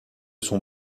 son